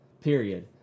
period